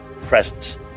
presence